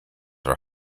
are